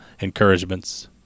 Encouragements